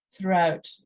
throughout